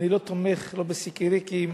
שאני לא תומך בסיקריקים,